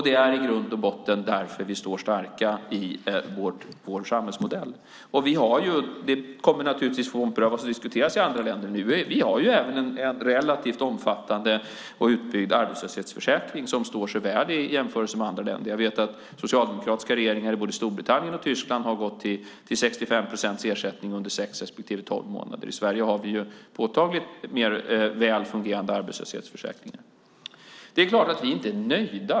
Det är i grund och botten därför vi står starka i vår samhällsmodell. Det kommer naturligtvis att få omprövas och diskuteras i andra länder. Vi har även en relativt omfattande och utbyggd arbetslöshetsförsäkring som står sig väl i jämförelse med andra länder. Jag vet att socialdemokratiska regeringar i både Storbritannien och Tyskland har gått till 65 procents ersättning under sex respektive tolv månader. I Sverige har vi en påtagligt mer välfungerande arbetslöshetsförsäkring. Det är klart att vi inte är nöjda.